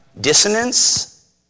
dissonance